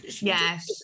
yes